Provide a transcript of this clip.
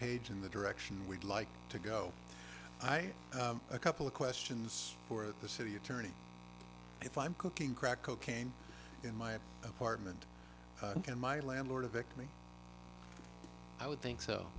page in the direction we'd like to go i a couple of questions for the city attorney if i'm cooking crack cocaine in my apartment and my landlord a victory i would think so